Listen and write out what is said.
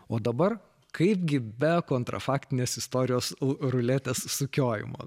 o dabar kaipgi be kontrafaktinės istorijos ruletės sukiojimo